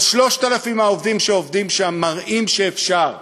אבל 3,000 העובדים שעובדים שם מראים שאפשר.